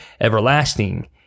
everlasting